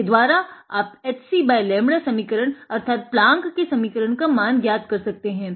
इसके द्वारा आप h c बाय लैम्ब्डा समीकरण अर्थात प्लांक के समीकरण का मान ज्ञात कर सकते हैं